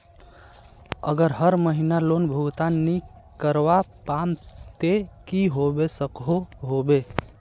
अगर हर महीना लोन भुगतान नी करवा पाम ते की होबे सकोहो होबे?